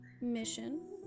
Mission